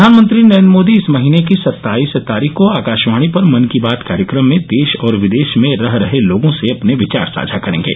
प्रधानमंत्री नरेन्द्र मोदी इस महीने की सत्ताईस तारीख को आकाशवाणी पर मन की बात कार्यक्रम में देश और विदेश में रह रहे लोगों से अपने विचार साझा करेंगे